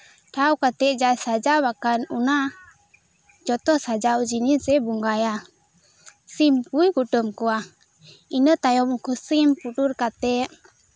ᱴᱷᱟᱶ ᱠᱟᱛᱮᱫ ᱡᱟᱦᱟᱸ ᱥᱟᱡᱟᱣ ᱟᱠᱟᱱ ᱚᱱᱟ ᱡᱚᱛᱚ ᱥᱟᱡᱟᱣ ᱡᱤᱱᱤᱥ ᱮ ᱵᱚᱸᱜᱟᱭᱟ ᱥᱤᱢ ᱠᱚᱭ ᱠᱩᱴᱟᱹᱢ ᱠᱚᱣᱟ ᱤᱱᱟᱹ ᱛᱟᱭᱚᱢ ᱩᱱᱠᱩ ᱥᱤᱢ ᱠᱚ ᱯᱩᱴᱩᱨ ᱠᱟᱛᱮᱫ